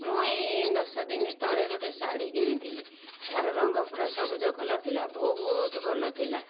ମୁଁ ଏହି ଦଶ ଦିନି ତଳେ ଗୋଟିଏ ଶାଢ଼ୀ କିଣିଥିଲି ତାର ରଙ୍ଗ ପୁରା ସବୁଜ କଲର୍ ଥିଲା ବହୁତ ଭଲ ଥିଲା